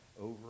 over